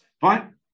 Fine